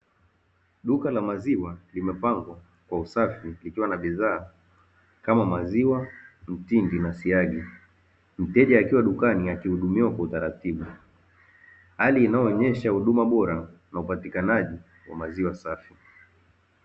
Duka la maziwa limepangwa kwa usafi likiwa na bidhaa kama maziwa mtindi pamoja na siagi, mteja akiwa dukani akihudumiwa kwa utaratibu, Hali inayoonyesha huduma bora ya upatikanaji wa maziwa safi.